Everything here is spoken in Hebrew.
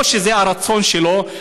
או שזה הרצון שלו,